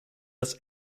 das